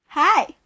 Hi